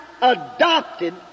adopted